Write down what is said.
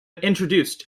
introduced